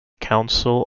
council